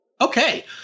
Okay